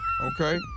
Okay